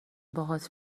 باهات